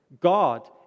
God